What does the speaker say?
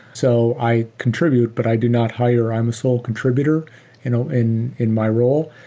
so i contribute, but i do not hire. i'm a sole contributor you know in in my role.